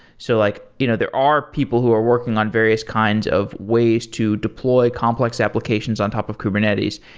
so like you know there are people who are working on various kinds of ways to deploy complex applications on top of kubernetes,